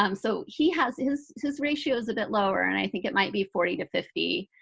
um so he has his his ratio's a bit lower. and i think it might be forty to fifty,